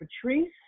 Patrice